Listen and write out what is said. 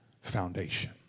foundation